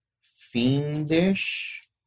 fiendish